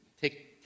take